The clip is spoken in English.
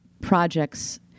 projects